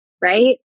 right